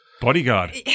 bodyguard